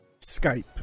skype